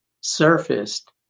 surfaced